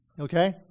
Okay